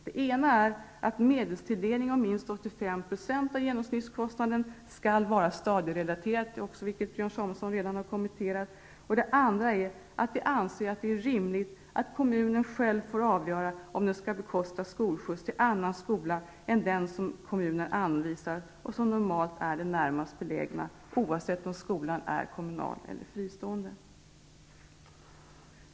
Det ena är att medelstilldelningen om minst 85 % av genomsnittskostnaden skall vara stadierelaterad, vilket Björn Samuelson redan har kommenterat. Det andra är att vi anser att det är rimligt att kommunen själv får avgöra om den skall bekosta skolskjuts till annan skola än den som kommunen anvisar och som normalt är den närmast belägna, oavsett om skolan är kommunal eller fristående.